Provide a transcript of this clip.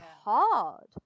hard